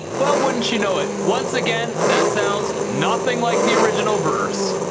well wouldn't you know it once again that sounds nothing like the original verse.